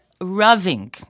rubbing